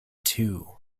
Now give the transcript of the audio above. too